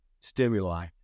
stimuli